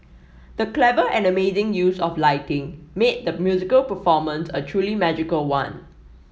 the clever and amazing use of lighting made the musical performance a truly magical one